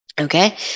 Okay